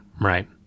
Right